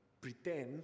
Pretend